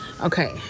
Okay